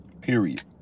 period